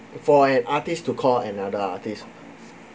for an artist to call another artist